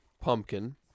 Pumpkin